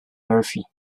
murphy